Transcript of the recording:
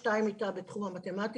עוד שתיים שהן חוקרות בתחום המתמטיקה